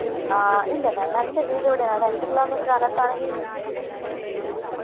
ആഹ് ഇല്ല മേം മേമിന്റെ വീട് എവിടെയാണ് ഒരു അഞ്ച് കിലോമീറ്റർ അകത്ത് ആണെങ്കിൽ നമുക്കെ